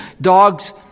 dogs